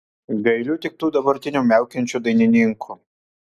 gailiu tik tų dabartinių miaukiančių dainininkų